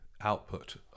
output